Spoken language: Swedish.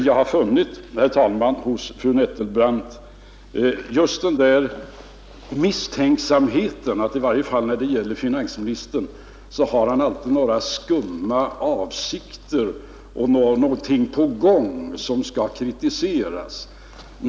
Jag har, herr talman, hos fru Nettelbrandt funnit just den där misstänksamheten att i varje fall finansministern alltid har några skumma avsikter och någonting på gång som skall kritiseras.